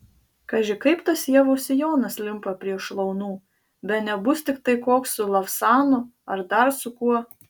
kaži kaip tas ievos sijonas limpa prie šlaunų bene bus tiktai koks su lavsanu ar dar su kuo